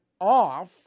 off